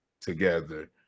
together